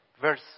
verse